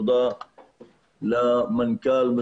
תודה ליושבת-ראש,